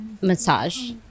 Massage